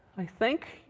i think.